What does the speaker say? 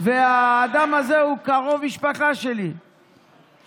האדם הזה הוא קרוב משפחה שלי דרך